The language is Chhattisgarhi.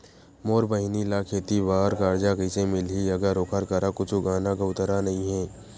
मोर बहिनी ला खेती बार कर्जा कइसे मिलहि, अगर ओकर करा कुछु गहना गउतरा नइ हे?